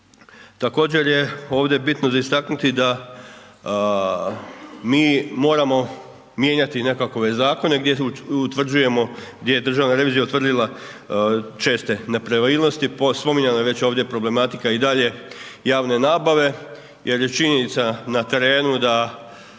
Također je ovdje bitno za istaknuti da mi moramo mijenjati nekakve zakone, gdje utvrđujemo gdje je Državna revizija utvrdila česte nepravilnosti, spominjana je ovdje već problematika i dalje javne nabave jer je činjenica na terenu da